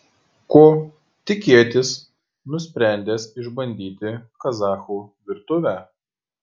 ko tikėtis nusprendęs išbandyti kazachų virtuvę